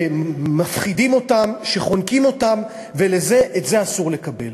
שמפחידים אותם, שחונקים אותם, ואת זה אסור לקבל.